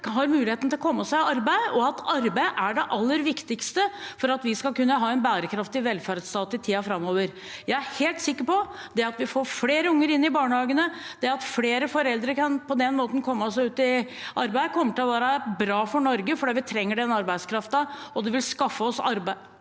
får muligheten til å komme seg arbeid, og at arbeid er det aller viktigste for at vi skal kunne ha en bærekraftig velferdsstat i tiden framover. Jeg er helt sikker på at det at vi får flere unger inn i barnehagene, og at flere foreldre på den måten kan komme seg ut i arbeid, kommer til å være bra for Norge, for vi trenger den arbeidskraften, og det vil skaffe oss